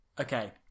Okay